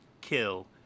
kill